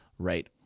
right